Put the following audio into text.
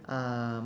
uh